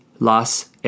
las